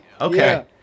Okay